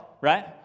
right